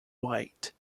white